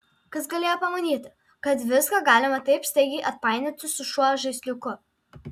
kas galėjo pamanyti kad viską galima taip staigiai atpainioti su šiuo žaisliuku